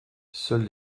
seuls